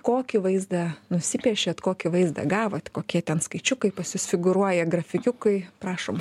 kokį vaizdą nusipiešėt kokį vaizdą gavot kokie ten skaičiukai pas jūs figūruoja grafikiukai prašom